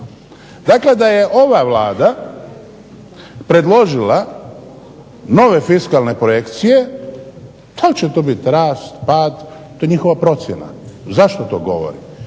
Dakle, da je ova Vlada predložila nove fiskalne projekcije, da li će to biti rast, pad, to je njihova procjena. Zašto to govorim?